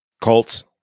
Colts